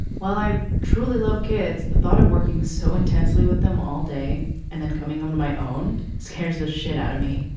while i truly love kids. the thought of working so intensely with them all day and then coming home to my own scares the shit out of me.